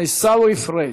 עיסאווי פריג',